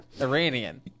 Iranian